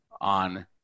on